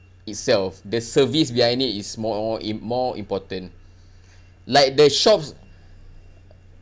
itself the service behind it is more im~ more important like the shops